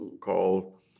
called